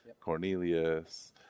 cornelius